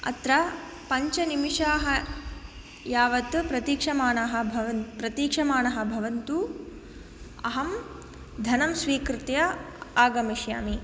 अत्र पञ्चनिमिशाः यावत् प्रतीक्षमानाः भवान् प्रतीक्षमाणः भवन्तु अहं धनं स्वीकृत्य आगमिष्यामि